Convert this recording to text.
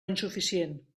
insuficient